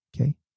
okay